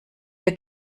der